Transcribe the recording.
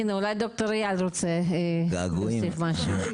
אולי ד"ר אייל רוצה להוסיף משהו.